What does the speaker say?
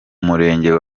murenge